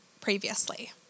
previously